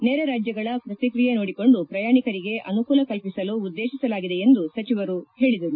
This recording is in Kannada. ನೆರೆ ರಾಜ್ಗಳ ಪ್ರಕಿಕ್ರಿಯೆ ನೋಡಿಕೊಂಡು ಪ್ರಯಾಣಿಕರಿಗೆ ಅನುಕೂಲ ಕಲ್ಪಿಸಲು ಉದ್ದೇತಿಸಲಾಗಿದೆ ಎಂದು ಸಚಿವರು ಹೇಳದರು